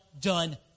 done